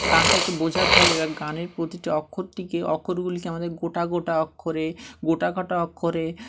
গানটাকে বোঝাতে হবে এবার গানের প্রতিটি অক্ষরটিকে অক্ষরগুলিকে আমাদের গোটা গোটা অক্ষরে গোটা গোটা অক্ষরে